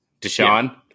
Deshaun